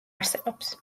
არსებობს